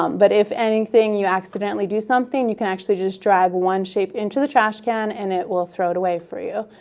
um but if anything you accidentally do something, you can actually just drag one shape into the trash can and it will throw it away for you.